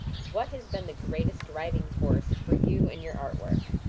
what has been the greatest driving force for you and your artwork?